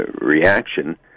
reaction